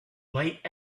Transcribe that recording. late